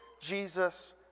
Jesus